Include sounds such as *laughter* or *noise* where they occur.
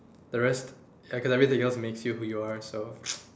the rest like everything else makes you who you are so *noise*